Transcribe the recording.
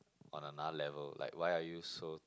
on another level like why are you so